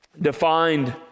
defined